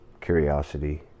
curiosity